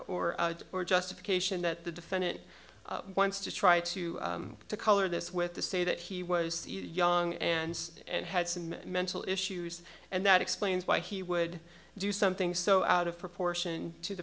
or justification that the defendant wants to try to color this with to say that he was young and and had some mental issues and that explains why he would do something so out of proportion to the